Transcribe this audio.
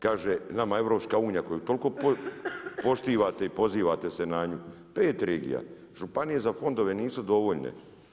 Kaže nama EU koju toliko poštivate i pozivate se na nju, pet regija, županije za fondove nisu dovoljne.